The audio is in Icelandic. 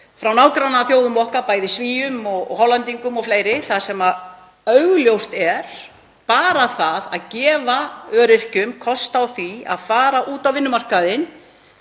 frá nágrannaþjóðum okkar, bæði Svíum og Hollendingum og fleiri, þar sem augljóst er að bara það að gefa þeim öryrkjum kost á því að fara út á vinnumarkaðinn